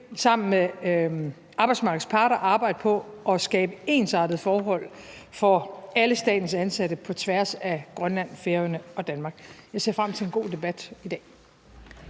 sammen med arbejdsmarkedets parter arbejde på at skabe ensartede forhold for alle statens ansatte på tværs af Grønland, Færøerne og Danmark. Jeg ser frem til en god debat i dag.